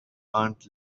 aunt